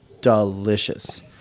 delicious